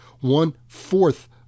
One-fourth